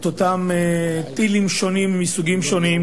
את אותם טילים שונים, מסוגים שונים,